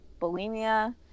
bulimia